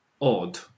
odd